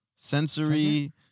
Sensory